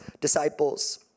disciples